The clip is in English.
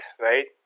right